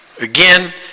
again